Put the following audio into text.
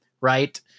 Right